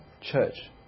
church